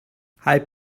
halb